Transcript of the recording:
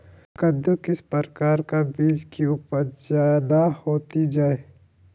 कददु के किस प्रकार का बीज की उपज जायदा होती जय?